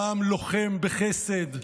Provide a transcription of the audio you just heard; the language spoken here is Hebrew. גם לוחם בחסד,